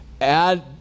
Add